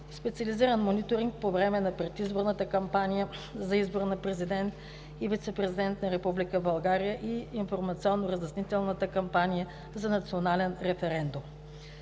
специализиран мониторинг по време на предизборната кампания за избор на президент и вицепрезидент на Република България и информационно-разяснителната кампания за национален референдум.